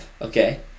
Okay